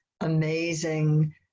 amazing